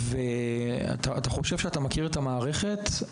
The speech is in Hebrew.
אתה חושב שאתה מכיר את המערכת,